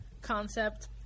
concept